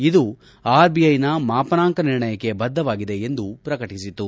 ಇದು ಆರ್ಬಿಐನ ಮಾಪನಾಂಕ ನಿರ್ಣಯಕ್ಕೆ ಬದ್ದವಾಗಿದೆ ಎಂದು ಪ್ರಕಟಿಸಿತು